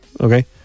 Okay